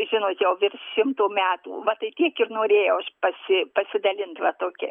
žinot jau virš šimto metų va tai tiek ir norėjau aš pasi pasidalint va tokia